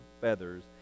feathers